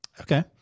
Okay